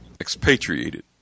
expatriated